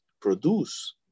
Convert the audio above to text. produce